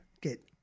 get